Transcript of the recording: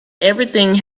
everything